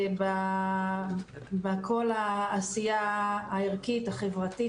עיקרית בכל העשייה הערכית, החברתית,